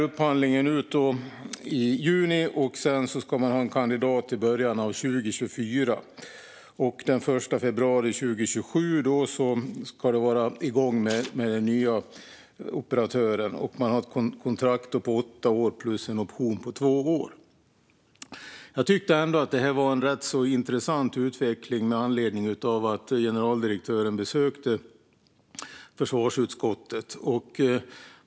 Upphandlingen går ut i juni, och man ska ha en kandidat klar i början av 2024. Den 1 februari 2027 ska man vara i gång med den nya operatören och ha kontrakt på åtta år plus option på två år. Jag tyckte att det var en rätt så intressant utveckling med anledning av att generaldirektören besökte försvarsutskottet.